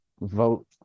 vote